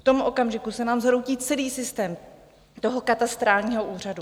V tom okamžiku se nám zhroutí celý systém katastrálního úřadu.